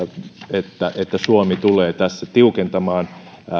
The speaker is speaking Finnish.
että että suomi tulee tässä tiukentamaan